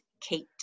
Kate